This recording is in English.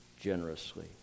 generously